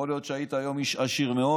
יכול להיות שהיית היום איש עשיר מאוד.